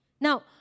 Now